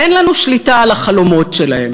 אין לנו שליטה על החלומות שלהם,